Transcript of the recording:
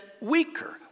weaker